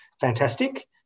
Fantastic